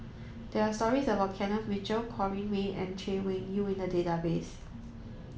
there are stories about Kenneth Mitchell Corrinne May and Chay Weng Yew in the database